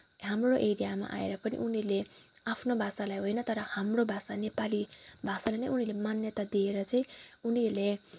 हाम्रो एरियामा आएर पनि उनीहरूले आफ्नो भाषालाई होइन तर हाम्रो भाषा नेपाली भाषालाई नै उनीहरूले मान्यता दिएर चाहिँ उनीहरूले